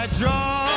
draw